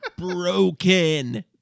Broken